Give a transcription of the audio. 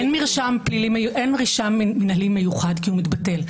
אין מרשם מינהלי מיוחד כי הוא מתבטל.